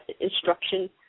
instruction